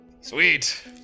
Sweet